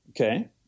okay